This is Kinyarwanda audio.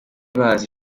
bazi